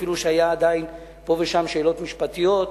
אפילו שהיו עדיין פה ושם שאלות משפטיות,